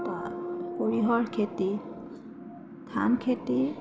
সৰিয়হৰ খেতি ধান খেতি